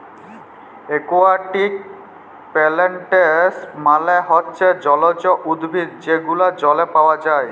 aquatic plants মালে হচ্যে জলজ উদ্ভিদ যে গুলান জলে পাওয়া যায়